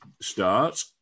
start